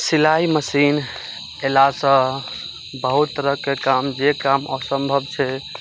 सिलाइ मशीन अयलासँ बहुत तरहके काम जे काम असम्भव छै